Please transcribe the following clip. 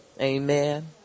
Amen